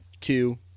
two